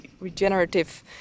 regenerative